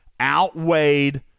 outweighed